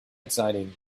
exciting